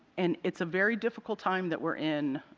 and it's a very difficult time that we're in.